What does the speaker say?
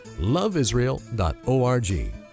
loveisrael.org